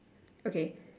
okay